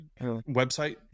website